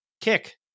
kick